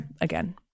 Again